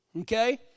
okay